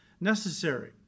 necessary